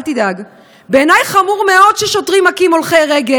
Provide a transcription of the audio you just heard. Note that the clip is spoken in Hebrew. אל תדאג: "בעיניי חמור מאוד ששוטרים מכים הולכי רגל,